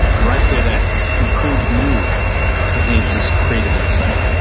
and right there that improved mood enhances creative insight.